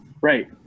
right